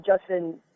Justin